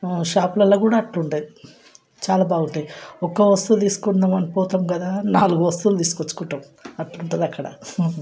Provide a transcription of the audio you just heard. షాపులలో కూడా అట్లుంటాయి చాలా బాగుంటాయి ఒక్క వస్తువు తీసుకుందామని పోతాం కదా నాలుగు వస్తువులు తీసుకొచ్చుకుంటాం అట్లుంటుంది అక్కడ